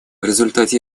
результате